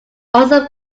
also